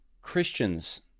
Christians